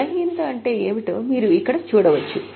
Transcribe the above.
బలహీనత అంటే ఏమిటో మీరు ఇక్కడ చూడవచ్చు